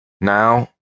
Now